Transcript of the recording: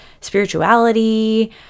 spirituality